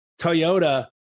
Toyota